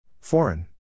Foreign